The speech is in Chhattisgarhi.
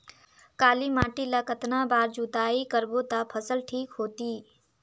काली माटी ला कतना बार जुताई करबो ता फसल ठीक होती?